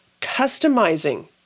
customizing